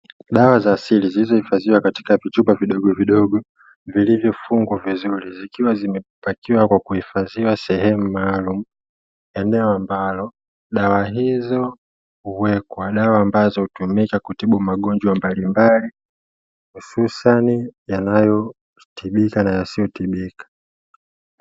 Dawa za asili zilizohifadhiwa katika kuchupa vidogo vidogo vilivyofungwa vizuri zikiwa zimepakiwa kwa kuhifadhiwa sehemu maalumu. Eneo ambalo dawa hizo kuwekwa dawa ambazo hutumiwa magonjwa mbalimbali, hususani yanayotibika na yasiyotibika.